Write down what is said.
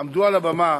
עמדו על הבמה